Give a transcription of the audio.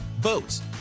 boats